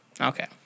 Okay